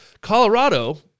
Colorado